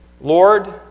Lord